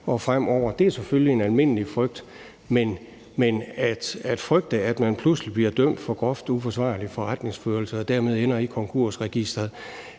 og fremover. Det er selvfølgelig en almindelig frygt. Men at frygte, at man pludselig bliver dømt for groft uforsvarlig forretningsførelse og dermed ender i konkursregisteret,